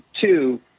two